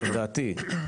דעתי,